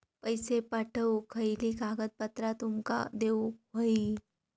पैशे पाठवुक खयली कागदपत्रा तुमका देऊक व्हयी?